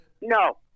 No